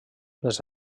les